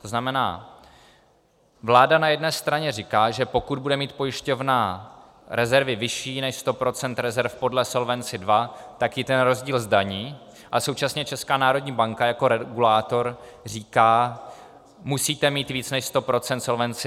To znamená, vláda na jedné straně říká, že pokud bude mít pojišťovna rezervy vyšší než 100 % rezerv podle Solvency II, tak jí ten rozdíl zdaní, a současně Česká národní banka jako regulátor říká: musíte mít víc než 100 % Solvency II.